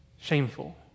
shameful